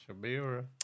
Shabira